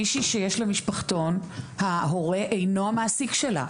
מישהי שיש לה משפחתון, ההורה אינו המעסיק שלה.